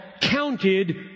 counted